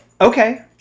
okay